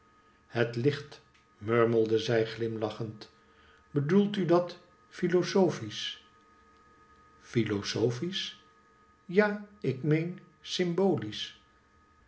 het licht murmelde zij glimlachend bedoelt u dat filozofiesch filozofiesch ja ik meen symboliesch